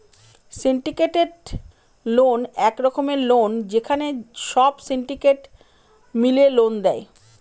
syndicated loan এক রকমের loan যেখানে সব সিন্ডিকেট মিলে লোন দেয়